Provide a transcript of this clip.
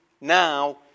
now